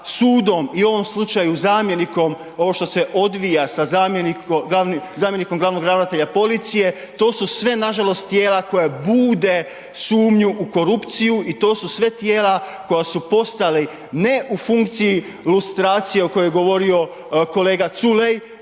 sudom i u ovom slučaju zamjenikom, ovo što se odvija sa zamjenikom glavnog ravnatelja policije, to su sve nažalost tijela koja bude sumnju u korupciju i to su sve tijela koja su postala ne u funkciji lustraciju o kojoj je govorio kolega Culej,